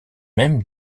même